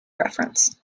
reference